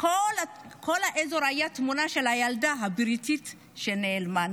בכל האזור הייתה תמונה של הילדה הבריטית שנעלמה,